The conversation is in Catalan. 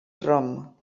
rom